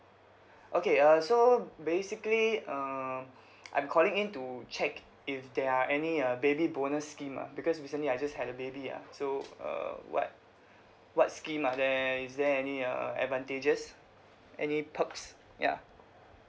okay uh so basically uh I'm calling in to check if there are any uh baby bonus scheme ah because recently I just had a baby ah so err what what scheme ah there is there any uh advantages any perks yeah